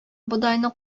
бодайны